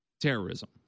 terrorism